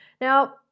Now